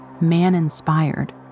man-inspired